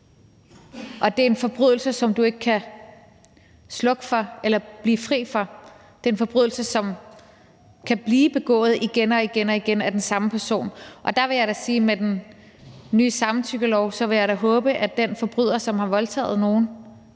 at det er en forbrydelse, som du ikke kan slukke for eller blive fri for. Det er en forbrydelse, som kan blive begået igen og igen af den samme person, og der vil jeg da sige, at jeg med den nye samtykkelov vil håbe, at den forbryder, som har voldtaget nogen,